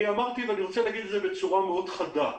אמרתי ואני רוצה להגיד בצורה חדה מאוד,